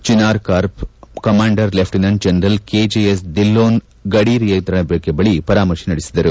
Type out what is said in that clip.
ಚಿನಾರ್ corps commander lieutenant general KJS Dhillon ಗಡಿನಿಯಂತ್ರಣ ಗಡಿರೇಖೆ ಪರಾಮರ್ಶೆ ನಡೆಸಿದರು